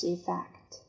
Effect